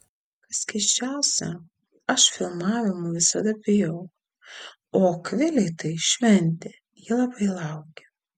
kas keisčiausia aš filmavimų visada bijau o akvilei tai šventė ji labai laukia